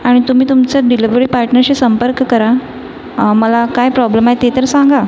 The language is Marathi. आणि तुम्ही तुमचं डिलेवरी पार्टनरशी संपर्क करा मला काय प्रॉब्लम आहे ते तर सांगा